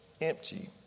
empty